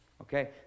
okay